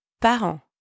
parents